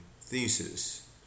thesis